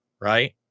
right